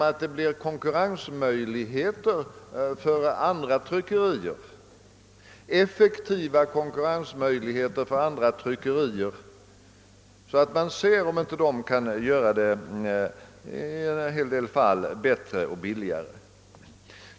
Det kan väl ske endast genom att det blir effektiva konkurrensmöjligheter för andra tryckerier, så att dessa får visa, om de inte i en hel del fall kan framställa trycksakerna bättre och billigare.